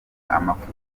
amafuti